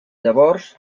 llavors